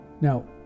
Now